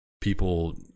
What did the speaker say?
People